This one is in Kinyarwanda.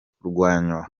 kurwanywa